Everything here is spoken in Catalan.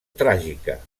tràgica